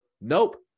Nope